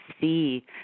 see